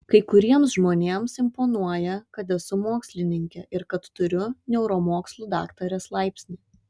kai kuriems žmonėms imponuoja kad esu mokslininkė ir kad turiu neuromokslų daktarės laipsnį